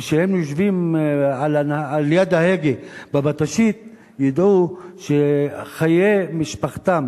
וכשהם יושבים ליד ההגה בבט"שית הם ידעו שחיי משפחתם